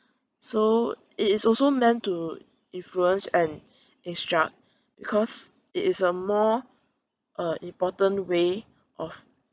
so it is also meant to influence and instruct because it is a more uh important way of